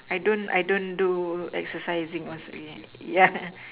I don't I don't do exercising once a week yeah